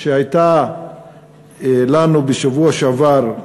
שהייתה לנו בשבוע שעבר,